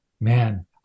man